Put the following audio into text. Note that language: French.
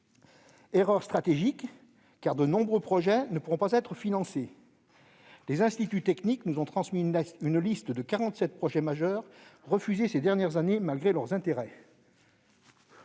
Erreur stratégique, car de nombreux projets ne pourront pas être financés. Les instituts techniques nous ont transmis une liste de 47 projets majeurs, refusés ces dernières années, malgré leur intérêt.